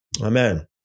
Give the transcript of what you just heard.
Amen